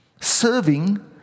Serving